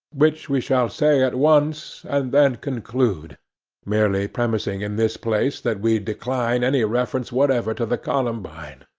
which we shall say at once, and then conclude merely premising in this place that we decline any reference whatever to the columbine,